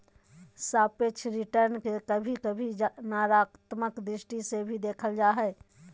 सापेक्ष रिटर्न के कभी कभी नकारात्मक दृष्टि से भी देखल जा हय